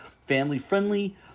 Family-friendly